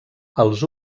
els